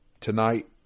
tonight